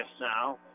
now